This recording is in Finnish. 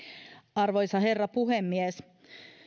arvoisa herra puhemies